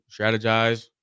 strategize